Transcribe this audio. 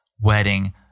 wedding